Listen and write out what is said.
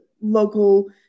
local